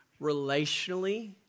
relationally